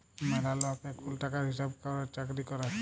ম্যালা লক এখুল টাকার হিসাব ক্যরের চাকরি ক্যরে